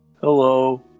hello